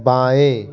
बाएँ